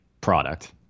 product